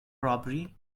robbery